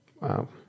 Wow